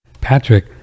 Patrick